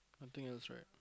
nothing else right